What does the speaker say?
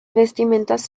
vestimentas